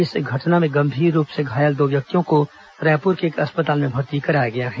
इस घटना में गंभीर रूप से घायल दो व्यक्तियों को रायपुर के एक अस्पताल में भर्ती कराया गया है